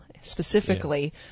specifically